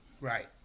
right